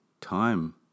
time